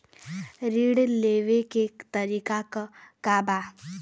ऋण लेवे के तरीका का बा?